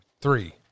Three